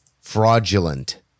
fraudulent